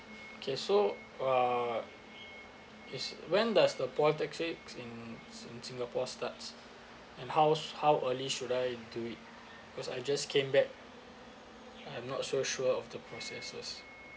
okay so uh yes when does the polytechnics in in singapore starts and how's how early should I do it cause I just came back I'm not sure of the processes